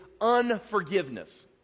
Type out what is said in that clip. unforgiveness